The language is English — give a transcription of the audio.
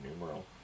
numeral